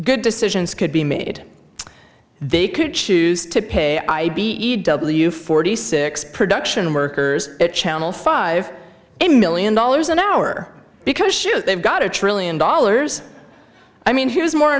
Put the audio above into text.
good decisions could be made they could choose to pay i b e w forty six production workers at channel five a million dollars an hour because shoes they've got a trillion dollars i mean here is more